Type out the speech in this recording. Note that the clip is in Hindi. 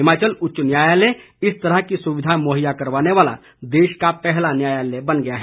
हिमाचल उच्च न्यायालय इस तरह की सुविधा मुहैया करवाने वाला देश का पहला न्यायालय बन गया है